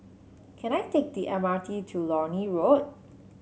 can I take the M R T to Lornie Road